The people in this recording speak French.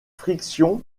frictions